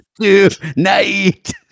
tonight